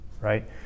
right